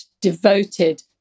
devoted